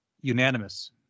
Unanimous